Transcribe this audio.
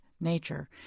nature